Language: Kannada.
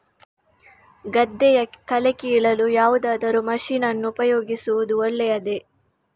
ಗದ್ದೆಯ ಕಳೆ ಕೀಳಲು ಯಾವುದಾದರೂ ಮಷೀನ್ ಅನ್ನು ಉಪಯೋಗಿಸುವುದು ಒಳ್ಳೆಯದೇ?